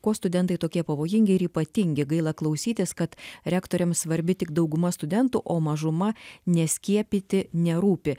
kuo studentai tokie pavojingi ir ypatingi gaila klausytis kad rektoriams svarbi tik dauguma studentų o mažuma neskiepyti nerūpi